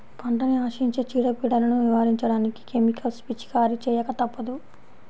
పంటని ఆశించే చీడ, పీడలను నివారించడానికి కెమికల్స్ పిచికారీ చేయక తప్పదు